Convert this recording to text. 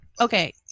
okay